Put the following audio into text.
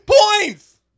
points